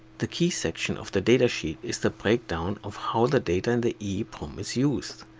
the key section of the datasheet is the breakdown of how the data in the eeprom is used.